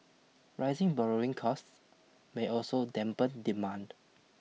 rising borrowing costs may also dampen demand